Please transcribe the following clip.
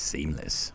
Seamless